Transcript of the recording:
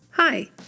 Hi